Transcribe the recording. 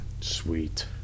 sweet